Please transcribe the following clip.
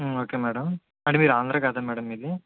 okay madam అంటే మీరు ఆంధ్ర కాదా మ్యాడమ్ మీది